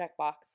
checkbox